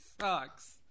sucks